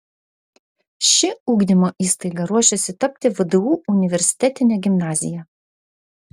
ši ugdymo įstaiga ruošiasi tapti vdu universitetine gimnazija